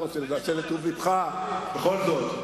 אני לא רוצה לנצל את טוב לבך, בכל זאת.